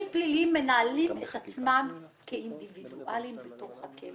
פליליים מנהלים את עצמם כאינדיבידואלים בתוך הכלא.